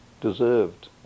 deserved